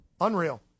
Unreal